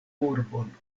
urbon